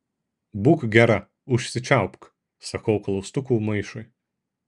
būk gera užsičiaupk sakau klaustukų maišui